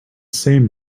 same